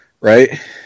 right